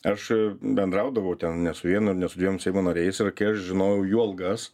aš bendraudavau ten ne su vienu ir ne su dviem seimo nariais ir kai aš žinojau jų algas